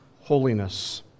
holiness